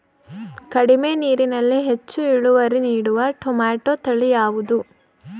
ಕಡಿಮೆ ನೀರಿನಲ್ಲಿ ಹೆಚ್ಚು ಇಳುವರಿ ನೀಡುವ ಟೊಮ್ಯಾಟೋ ತಳಿ ಯಾವುದು?